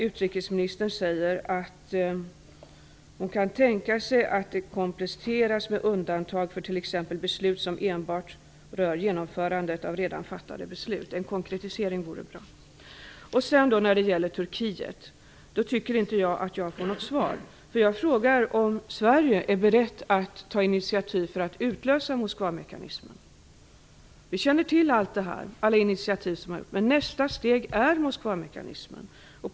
Utrikesministern säger att hon kan tänka sig att det "kompletteras med undantag för t.ex. beslut som enbart rör genomförandet av redan fattade beslut". Det vore bra med en konkretisering av det. Vad gäller Turkiet tycker inte jag att jag får något svar. Jag frågar ju om ifall Sverige är berett att ta initiativ till att utlösa Moskvamekanismen. Vi känner till alla initiativ som gjorts, men nästa steg är Moskvamekanismen.